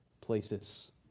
places